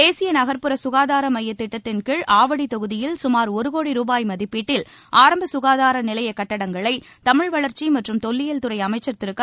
தேசிய நகர்ப்புற சுகாதார மைய திட்டத்தின் கீழ் ஆவடி தொகுதியில் சுமார் ஒருகோடி ருபாய் மதிப்பீட்டில் ஆரம்ப சுகாதார நிலைய கட்டங்களை தமிழ வளர்ச்சி மற்றும் தொல்லியல் துறை அமைச்சர் திரு க